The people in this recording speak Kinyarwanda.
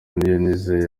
niyonizeye